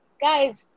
guys